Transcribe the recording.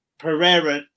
Pereira